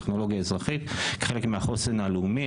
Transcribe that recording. טכנולוגיה אזרחית כחלק מהחוסן הלאומי,